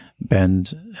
bend